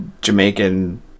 Jamaican